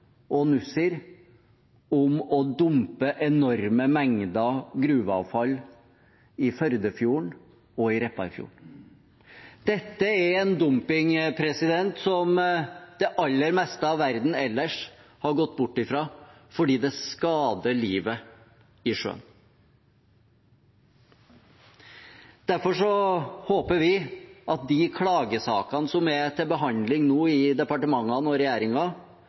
å dumpe enorme mengder gruveavfall i Førdefjorden og Repparfjorden. Dette er en dumping som det aller meste av verden ellers har gått bort fra, fordi det skader livet i sjøen. Derfor håper vi at de klagesakene som er til behandling nå i departementene og